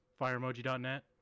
FireEmoji.net